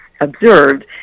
observed